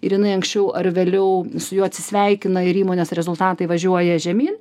ir jinai anksčiau ar vėliau su juo atsisveikina ir įmonės rezultatai važiuoja žemyn